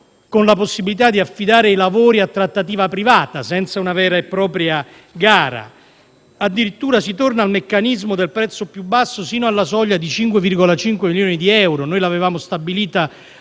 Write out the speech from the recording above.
con possibilità di affidare i lavori per trattativa privata, senza una vera e propria gara. Addirittura si torna al meccanismo del prezzo più basso sino alla soglia di 5,5 milioni di euro, e noi l'avevamo fissata